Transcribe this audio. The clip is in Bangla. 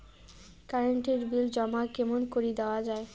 কারেন্ট এর বিল জমা কেমন করি দেওয়া যায়?